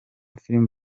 film